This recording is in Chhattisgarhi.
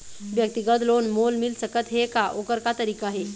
व्यक्तिगत लोन मोल मिल सकत हे का, ओकर का तरीका हे?